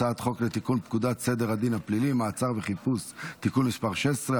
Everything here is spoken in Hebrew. הצעת חוק לתיקון פקודת סדר הדין הפלילי (מעצר וחיפוש) (תיקון מס' 16),